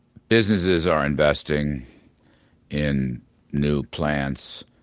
businesses are investing in new plants,